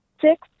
six